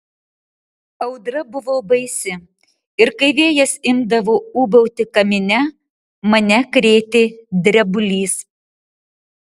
audra buvo baisi ir kai vėjas imdavo ūbauti kamine mane krėtė drebulys